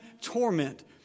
torment